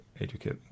educate